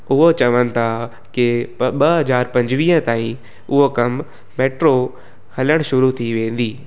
उहे चवनि था की ॿ ॿ हजार पंजवीह ताईं उहो कम मेट्रो हलण शुरू थी वेंदी